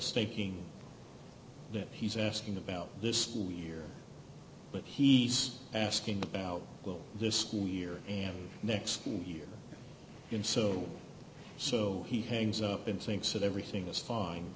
staking that he's asking about this school year but he's asking about this school year and next school year and so so he hangs up and sinks it everything is fine